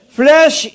flesh